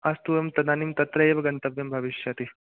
अस्तु अहं तदानीं तत्रेव गन्तव्यं भविष्यति